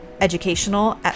educational